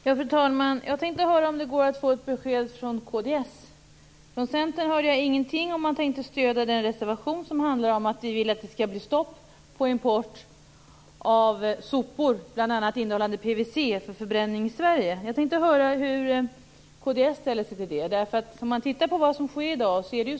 Fru talman! Jag tänkte höra om det går att få ett besked av kd. Från Centern hörde jag ingenting om huruvida man tänker stödja den reservation som handlar om att vi vill att det skall bli stopp på import av sopor som bl.a. innehåller PVC för förbränning i Sverige. Jag tänkte höra hur kd ställer sig till det. Vi kan titta på vad som sker i dag.